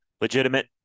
legitimate